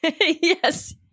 Yes